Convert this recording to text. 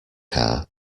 car